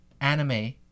anime